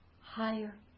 higher